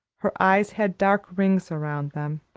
her eyes had dark rings around them,